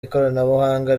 ikoranabuhanga